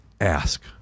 Ask